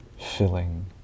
filling